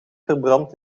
verbrand